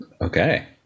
okay